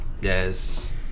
Yes